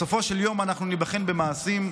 בסופו של יום אנחנו ניבחן במעשים,